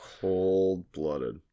Cold-blooded